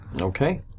Okay